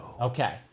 okay